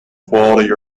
quality